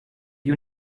you